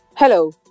Hello